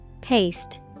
Paste